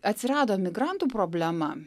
atsirado migrantų problema